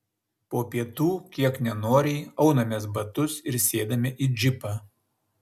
po pietų kiek nenoriai aunamės batus ir sėdame į džipą